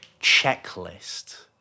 checklist